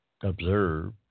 observe